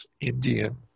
Indian